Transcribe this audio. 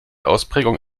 ausprägung